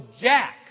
jack